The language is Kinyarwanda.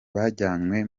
bajyanywe